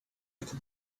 could